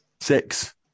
Six